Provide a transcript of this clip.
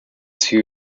two